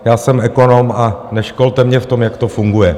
Já jsem ekonom a neškolte mě v tom, jak to funguje.